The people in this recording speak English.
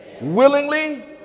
willingly